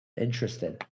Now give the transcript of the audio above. Interesting